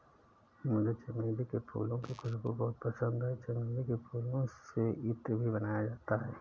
मुझे चमेली के फूलों की खुशबू बहुत पसंद है चमेली के फूलों से इत्र भी बनाया जाता है